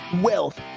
wealth